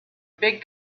big